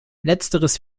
letzteres